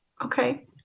Okay